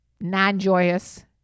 non-joyous